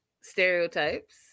stereotypes